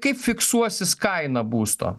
kaip fiksuosis kaina būsto